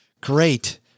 Great